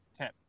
tip